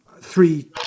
three